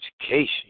education